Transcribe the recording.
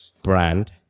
brand